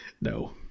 No